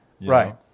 Right